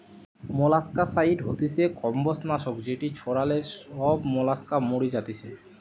molluscicide হতিছে কম্বোজ নাশক যেটি ছড়ালে সব মোলাস্কা মরি যাতিছে